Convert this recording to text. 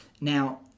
Now